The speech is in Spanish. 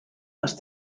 las